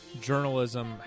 journalism